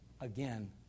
again